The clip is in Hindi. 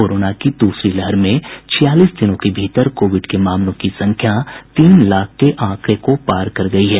कोरोना की दूसरी लहर में छियालीस दिनों के भीतर कोविड के मामलों की संख्या तीन लाख के आंकड़े को पार कर गयी है